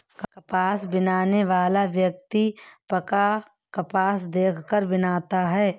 कपास बीनने वाला व्यक्ति पका हुआ कपास देख कर बीनता है